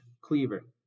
cleaver